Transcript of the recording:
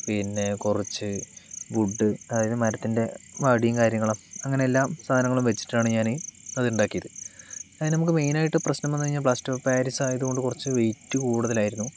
പിന്നെ കുറച്ച് വുഡ് അതായത് മരത്തിൻ്റെ വടിയും കാര്യങ്ങളും അങ്ങനെ എല്ലാ സാധനങ്ങളും വച്ചിട്ടാണ് ഞാനീ അതുണ്ടാക്കിയത് അതിന് നമുക്ക് മെയ്നായിട്ട് പ്രശ്നം വന്ന് കഴിഞ്ഞാൽ പ്ലാസ്റ്റർ ഓഫ് പാരീസ് ആയത് കൊണ്ട് കുറച്ച് വെയ്റ്റ് കൂടുതലായിരുന്നു